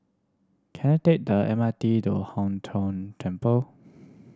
can I take the M R T to Hong Tho Temple